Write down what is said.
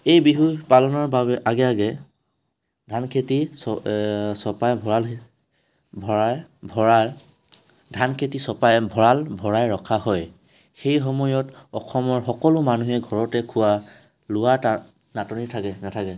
এই বিহু পালনৰ বাবে আগে আগে ধান খেতি চ চপাই ভঁড়াল ভৰাই ভঁড়াল ধান খেতি চপাই ভঁড়াল ভৰাই ৰখা হয় সেই সময়ত অসমৰ সকলো মানুহে ঘৰতে খোৱা লোৱা তা নাটনি থাকে নাথাকে